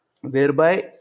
whereby